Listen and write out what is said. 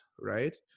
right